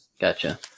Gotcha